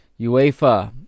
UEFA